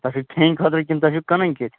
تۄہہِ چھِو کھٮ۪نہِ خٲطرٕ کِنہٕ تۄہہِ چھُ کٕنٕنۍ کِتھۍ